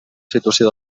situació